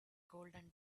golden